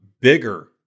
bigger